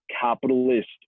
capitalist